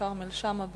כרמל שאמה.